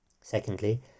Secondly